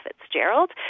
Fitzgerald